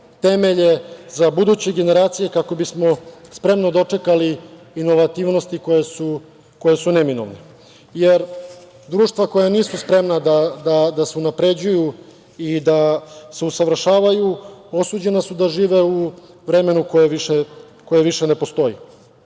temelje za buduće generacije kako bismo spremno dočekali inovativnosti koje su neminovne, jer društva koja nisu spremna da se unapređuju i da se usavršavaju osuđena su da žive u vremenu koje više ne postoji. Kada